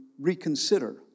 reconsider